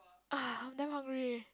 ah I am damn hungry eh